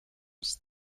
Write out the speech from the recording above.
was